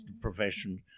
profession